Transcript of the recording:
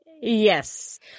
Yes